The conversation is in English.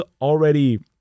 already